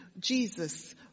Jesus